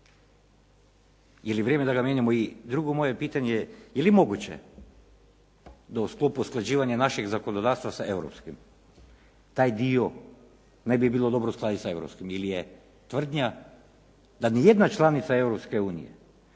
je li vrijeme da ga mijenjamo? I drugo moje pitanje je je li moguće da u sklopu usklađivanja našeg zakonodavstva sa europskim taj dio ne bi bilo dobro staviti sa europskim ili je tvrdnja da ni jedna članica Europske unije,